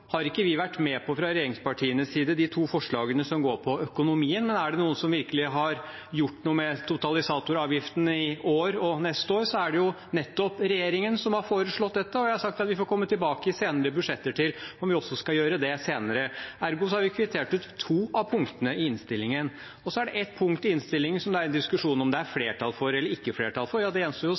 har ikke vi fra regjeringspartienes side vært med på de to forslagene som går på økonomien, men er det noen som virkelig har gjort noe med totalisatoravgiften i år og neste år, er det jo nettopp regjeringen, som har foreslått dette, og jeg har sagt at vi får komme tilbake i senere budsjetter om vi også skal gjøre det senere. Ergo har vi kvittert ut to av punktene i innstillingen. Så er det ett punkt i innstillingen der det er diskusjon om det er flertall for eller ikke flertall for. Det gjenstår